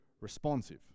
responsive